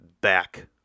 back